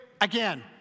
Again